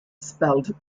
spelled